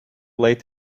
late